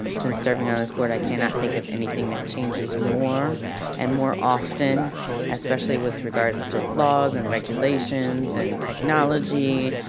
um since serving on this board, i cannot think of anything that changes more and more often especially with regards to laws, and regulations and technology.